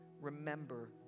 remember